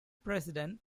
president